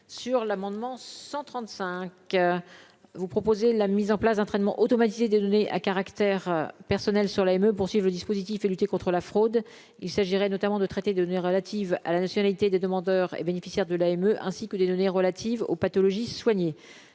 sur l'amendement 135 vous proposer la mise en place d'un traitement automatisé de données à caractère personnel sur l'me poursuivent le dispositif et lutter contre la fraude, il s'agirait notamment de traiter de données relatives à la nationalité des demandeurs et bénéficiaires de l'AME ainsi que des données relatives aux pathologies soignées,